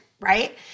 right